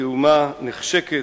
כאומה נחשקת,